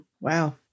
Wow